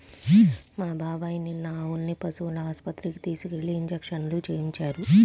మా బాబాయ్ నిన్న ఆవుల్ని పశువుల ఆస్పత్రికి తీసుకెళ్ళి ఇంజక్షన్లు వేయించారు